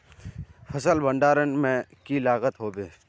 फसल भण्डारण में की लगत होबे?